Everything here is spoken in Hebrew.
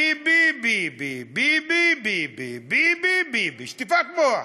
ביבי, ביבי, ביבי, ביבי, ביבי, ביבי, שטיפת מוח.